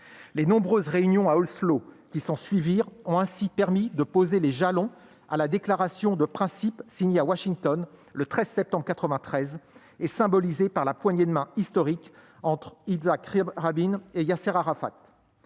Les nombreuses réunions à Oslo qui s'ensuivirent ont permis de poser les jalons pour la déclaration de principes signée à Washington le 13 septembre 1993 et symbolisée par la poignée de main historique entre Yitzhak Rabin et Yasser Arafat.